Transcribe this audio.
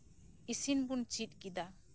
ᱤᱥᱤᱱ ᱵᱩᱱ ᱪᱤᱫ ᱠᱮᱫᱟ